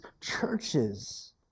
churches